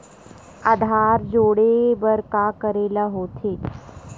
आधार जोड़े बर का करे ला होथे?